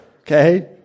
Okay